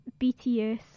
BTS